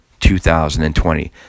2020